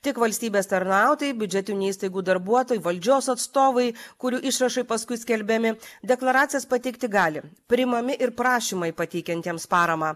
tik valstybės tarnautojai biudžetinių įstaigų darbuotojai valdžios atstovai kurių išrašai paskui skelbiami deklaracijas pateikti gali priimami ir prašymai pateikiantiems paramą